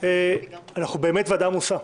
אנחנו באמת עבודה עמוסה.